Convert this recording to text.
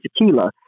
tequila